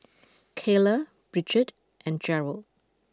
Keila Bridgett and Gerald